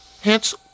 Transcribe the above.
Hence